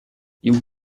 you